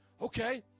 Okay